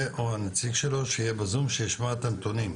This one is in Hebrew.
שיהיה ושישמע את הנתונים.